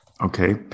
Okay